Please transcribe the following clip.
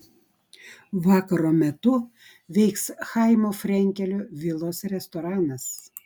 vakaro metu veiks chaimo frenkelio vilos restoranas